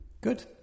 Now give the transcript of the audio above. good